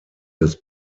des